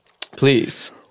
Please